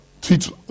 Teach